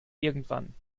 irgendwann